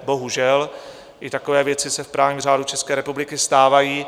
Bohužel, i takové věci se v právním řádu České republiky stávají.